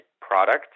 product